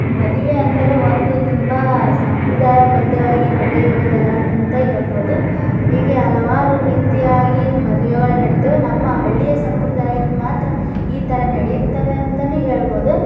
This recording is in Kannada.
ಮದುವೆ ಅಂದರೆ ಒಂದು ತುಂಬ ಸಂಪ್ರದಾಯಬದ್ಧವಾಗಿ ನಡೆಯುವುದು ಅಂತ ಹೇಳ್ಬೋದು ಹೀಗೆ ಹಲವಾರು ರೀತಿಯಾಗಿ ಮದುವೆಗಳು ನಡೀತಾವೆ ನಮ್ಮ ಹಳ್ಳಿಯ ಸಂಪ್ರದಾಯದಲ್ಲಿ ಮಾತ್ರ ಈ ಥರ ನಡೆಯುತ್ತವೆ ಅಂತಾನೆ ಹೇಳ್ಬೋದು